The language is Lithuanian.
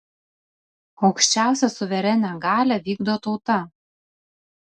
aukščiausią suverenią galią vykdo tauta